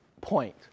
point